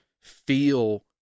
feel